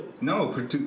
No